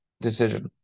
decision